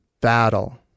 battle